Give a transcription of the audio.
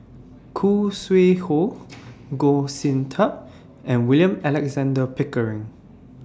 Khoo Sui Hoe Goh Sin Tub and William Alexander Pickering